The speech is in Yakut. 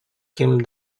ким